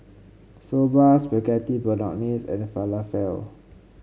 Soba Spaghetti Bolognese and Falafel